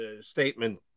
statement